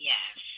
Yes